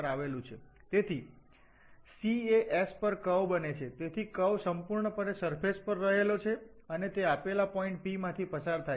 તેથી c એ S પર કર્વ બને છે તેથી કર્વ સંપૂર્ણપણે સરફેશ પર રહેલો છે અને તે આપેલા પોઇન્ટ p માંથી પસાર થાય છે